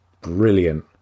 brilliant